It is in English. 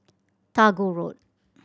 Tagore Road